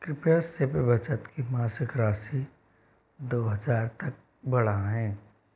कृपया सिप बचत की मासिक राशि दो हज़ार तक बढ़ाएँ